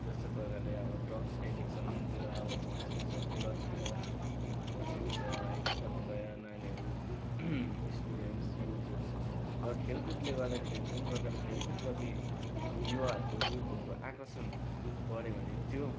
जस्तो प्रकारले अब ड्रग्स एडिक्सनतिर अब फँसेको छ कुलततिर फँसेको छ है कतिपय नानीहरू स्टुडेन्ट्स युथहरू र खेलकुदले गर्दाखेरि जुन प्रकारले खेलकुद प्रति युवाहरूको युथहरूको आकर्षण बढ्यो भने त्यो